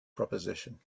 proposition